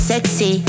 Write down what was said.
Sexy